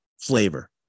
flavor